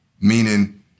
meaning